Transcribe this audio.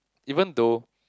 even though